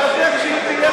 חבר הכנסת חסון.